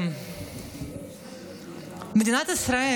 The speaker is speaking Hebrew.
מדינת ישראל